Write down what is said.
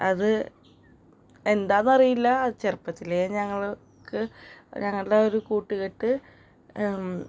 അത് എന്താണെന്ന് അറിയില്ല ചെറുപ്പത്തിലേ ഞങ്ങൾക്ക് ഞാങ്ങളുടെ ഒരു കൂട്ടുകെട്ട്